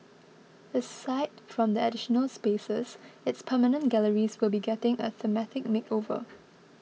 aside from the additional spaces its permanent galleries will be getting a thematic makeover